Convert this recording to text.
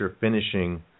finishing